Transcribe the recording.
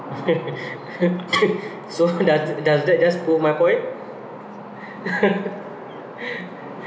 so does it does that just prove my point